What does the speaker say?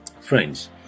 Friends